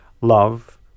love